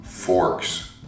forks